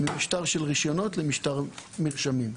ממשטר של רישיונות למשטר מרשמים.